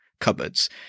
cupboards